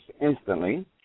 instantly